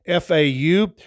Fau